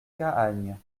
cahagnes